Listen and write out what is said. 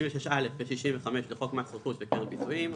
36(א) ו-65 לחוק מס רכוש וקרן פיצויים,